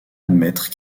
admettre